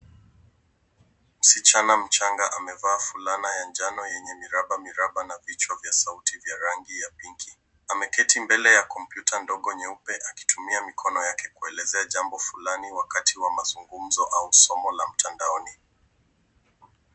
Msichana mchanga amevaa fulana ya njano yenye miraba miraba na vichwa vya sauti vya rangi ya pinki. Ameketi mbele ya kompyuta ndogo nyeupe akitumia mikono yake kuelezea jambo fulani wakati wa mazungumzo au somo la mtandaoni.